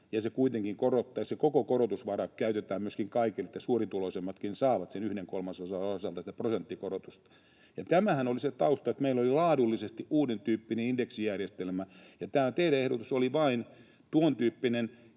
koko korotusvara käytetään myöskin kaikille, että suurituloisemmatkin saavat sen yhden kolmasosan osalta sitä prosenttikorotusta. Tämähän oli se tausta, että meillä oli laadullisesti uudentyyppinen indeksijärjestelmä, ja tämä teidän ehdotuksenne oli vain tuontyyppinen.